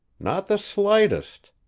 not the slightest.